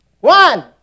One